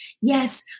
Yes